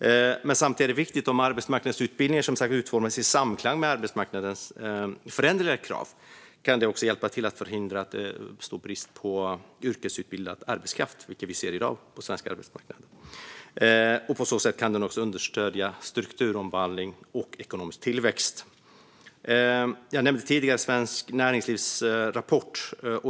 Samtidigt är det viktigt att tänka på att om arbetsmarknadsutbildningar utformas i samklang med arbetsmarknadens föränderliga krav kan de hjälpa till att förhindra att det uppstår brist på yrkesutbildad arbetskraft, vilket vi ser på svensk arbetsmarknad i dag. På så sätt kan de också understödja strukturomvandling och ekonomisk tillväxt. Jag nämnde tidigare Svenskt Näringslivs rapport.